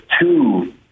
two